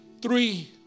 three